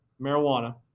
marijuana